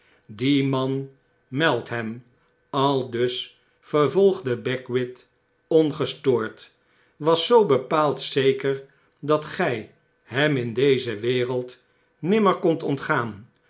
die man meltham aldus vervolgde beckwith ongestoord was zoo bepaald zeker dat gy hem in deze wereld nimmerkondt ontgaan